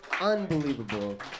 Unbelievable